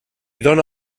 dóna